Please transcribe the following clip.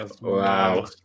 Wow